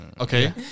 Okay